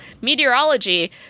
meteorology